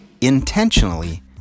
intentionally